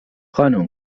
خانوم